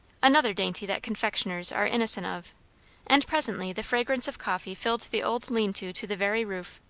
another dainty that confectioners are innocent of and presently the fragrance of coffee filled the old lean-to to the very roof.